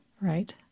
right